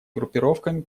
группировками